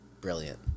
brilliant